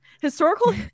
historical